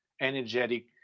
energetic